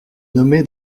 nommé